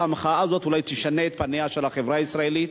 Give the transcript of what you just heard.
המחאה הזאת אולי תשנה את פניה של החברה הישראלית.